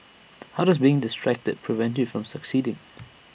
how does being distracted prevent you from succeeding